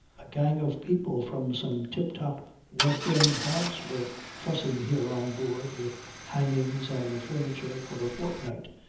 a gang of people from some tip-top west-end house were fussing here on board with hangings and furniture for a fortnight,